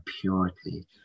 purity